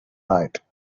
night